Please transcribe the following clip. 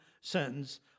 sentence